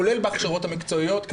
כולל בהכשרות המקצועיות,